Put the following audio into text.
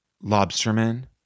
Lobsterman